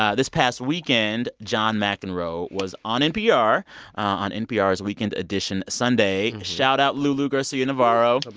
ah this past weekend, john mcenroe was on npr on npr's weekend edition sunday. shout out lulu garcia-navarro.